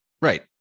Right